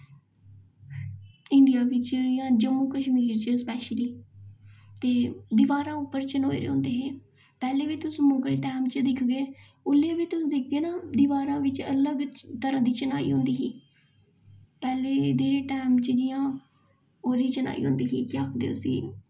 India बिच्च जां जम्मू कशमीर बिच्च स्पेशली ते दिबारां उप्पर चनोए दे होंदे हे पैह्लें बी तुस मुगल टैम च दिक्खगे उसलै बी तुस दिक्खगे ना दिबारां बिच्च अलग तरह दी चनाई होंदी ही पैह्लें दे जेह् टाईम च जि'यां ओह्दी चनाई होंदी जां आखदे उस्सी